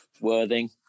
Worthing